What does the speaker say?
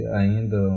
ainda